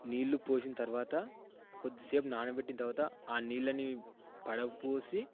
నీళ్ళు పోసిన తరువాత కొద్దిసేపు నానబెట్టిన తరువాత ఆ నీళ్ళని పారబోసి